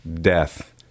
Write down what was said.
death